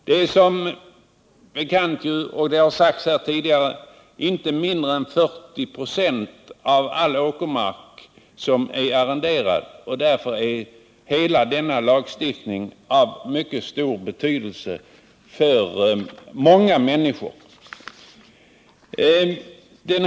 Såsom tidigare har sagts är inte mindre än 40 96 av all åkermark arrenderad. Därför är hela denna lagstiftning av mycket stor betydelse för många människor.